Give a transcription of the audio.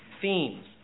themes